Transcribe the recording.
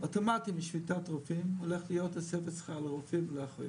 אוטומטית בשביתת רופאים הולך להיות תוספת שכר לרופאים ולאחיות.